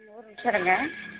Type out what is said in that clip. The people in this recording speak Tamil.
ஒரு நிமிஷம் இருங்க